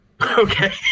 Okay